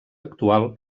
actual